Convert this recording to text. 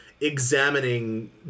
examining